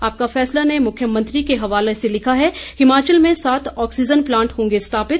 आपका फैसला ने मुख्यमंत्री के हवाले से लिखा है हिमाचल में सात ऑक्सीन प्लांट होंगे स्थापित